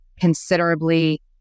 considerably